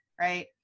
right